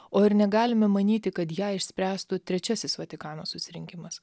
o ir negalime manyti kad ją išspręstų trečiasis vatikano susirinkimas